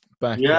back